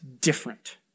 different